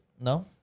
No